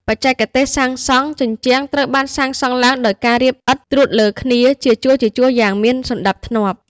បច្ចេកទេសសាងសង់ ជញ្ជាំងត្រូវបានសាងសង់ឡើងដោយការរៀបឥដ្ឋត្រួតលើគ្នាជាជួរៗយ៉ាងមានសណ្តាប់ធ្នាប់។